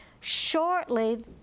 Shortly